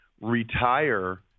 retire